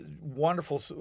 wonderful